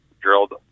drilled